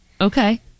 Okay